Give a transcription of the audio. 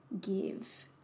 give